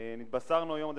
התבשרנו היום,